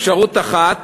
אפשרות אחת,